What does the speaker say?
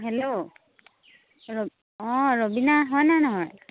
hello অঁ ৰবীনা হয় নে নহয়